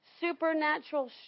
supernatural